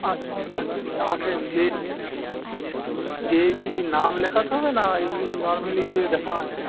আচ্ছা আচ্ছা আগে যে যেয়ে কি নাম লেখাতে হবে নাকি এমনি নর্মালি যে দেখা হয়ে যাবে